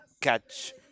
catch